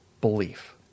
belief